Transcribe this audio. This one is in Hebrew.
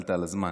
הסתכלת על הזמן.